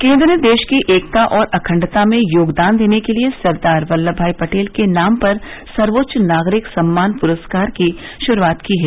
केन्द्र ने देश की एकता और अखण्डता में योगदान देने के लिए सरदार वल्लभ भाई पटेल के नाम पर सर्वेच्च नागरिक सम्मान प्रस्कार की शुरूआत की है